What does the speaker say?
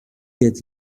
get